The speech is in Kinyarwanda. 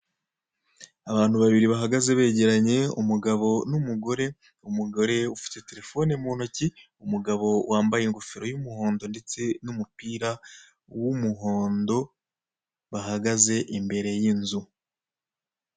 Abantu babiri bahagaze begeranye umugabo n'umugore, umugore ufite terefone mu ntoki umugabo wambaye ingofero y'umuhondo ndetse n'umupira w'umuhondo bahagaze imbere y'inzu.